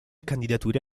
candidature